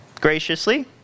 graciously